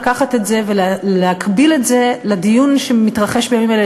לקחת את זה ולהקביל את זה לדיון שמתרחש בימים אלה,